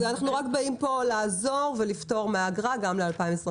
אנחנו רק באים פה לעזור ולפטור מאגרה גם ל-2022.